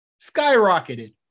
skyrocketed